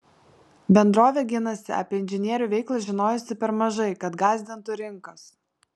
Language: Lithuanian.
bendrovė ginasi apie inžinierių veiklą žinojusi per mažai kad gąsdintų rinkas